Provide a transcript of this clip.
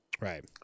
Right